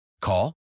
Call